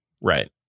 Right